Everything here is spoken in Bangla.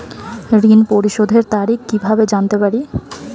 ঋণ পরিশোধের তারিখ কিভাবে জানতে পারি?